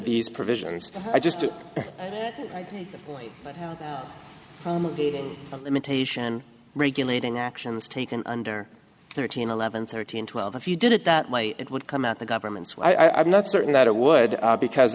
these provisions i just imitation regulating actions taken under thirteen eleven thirteen twelve if you did it that way it would come out the government's well i'm not certain that it would because